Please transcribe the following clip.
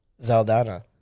Zaldana